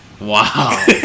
Wow